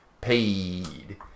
paid